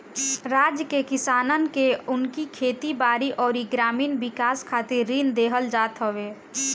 राज्य के किसानन के उनकी खेती बारी अउरी ग्रामीण विकास खातिर ऋण देहल जात हवे